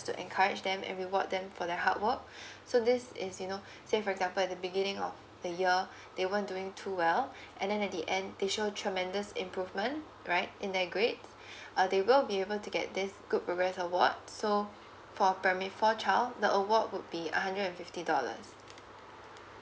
to encourage them and reward them for their hard work so this is you know say for example at the beginning of the year they weren't doing too well and then at the end they show tremendous improvement right in their grades uh they will be able to get this good progress award so for primary four child the award would be a hundred and fifty dollars